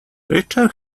richard